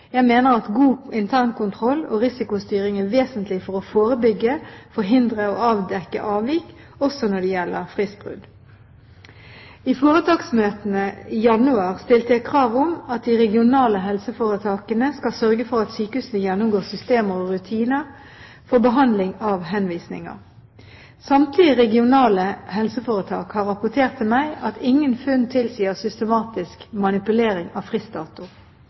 Jeg mener at god internkontroll og risikostyring er vesentlig for å forebygge, forhindre og avdekke avvik, også når det gjelder fristbrudd. I foretaksmøtene i januar stilte jeg krav om at de regionale helseforetakene skal sørge for at sykehusene gjennomgår systemer og rutiner for behandling av henvisninger. Samtlige regionale helseforetak har rapportert til meg at ingen funn tilsier systematisk manipulering av fristdato.